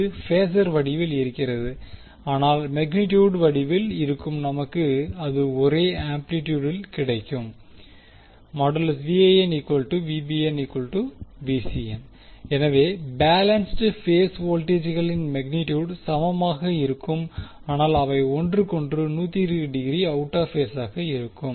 இது பேசர் வடிவில் இருக்கிறது ஆனால் மேக்னிட்டியுட் வடிவில் இருக்கும் நமக்கு அது ஒரே ஆம்ப்ளியுடில் கிடைக்கும் எனவே பேலன்ஸ்ட் பேஸ் வோல்டேஜ்களின் மேக்னிட்டியுட் சமமாக இருக்கும் ஆனால் அவை ஒன்றுக்கொன்று 120 டிகிரிக்கு அவுட் ஆப் பேஸ் ஆக இருக்கும்